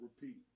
repeat